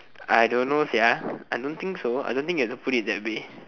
I don't know sia I don't think so I don't think you can put it that way